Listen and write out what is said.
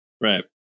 Right